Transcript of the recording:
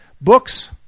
books